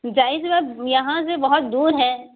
ظاہر سی بات یہاں سے بہت دور ہے